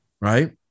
right